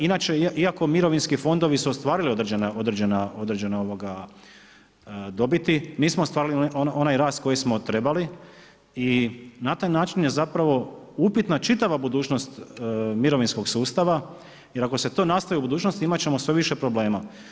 Ja inače, iako mirovinski fondovi su ostvarili određene dobiti, nismo ostvarili onaj rast koji smo trebali i na taj način je zapravo upitna čitava budućnost mirovinskog sustava jer ako se to nastavi u budućnosti, imati ćemo sve više problema.